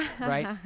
right